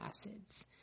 acids